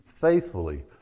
faithfully